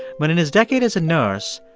but in his decade as a nurse,